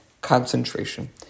concentration